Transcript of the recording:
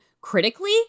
Critically